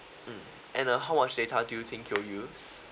mm and uh how much data do you think you'll use